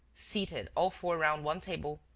seated all four round one table,